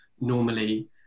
normally